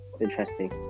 interesting